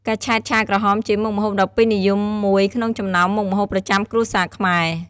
កញ្ឆែតឆាក្រហម ជាមុខម្ហូបដ៏ពេញនិយមមួយក្នុងចំណោមមុខម្ហូបប្រចាំគ្រួសារខ្មែរ។